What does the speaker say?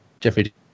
Jeffrey